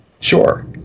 Sure